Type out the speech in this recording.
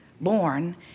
born